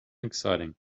exciting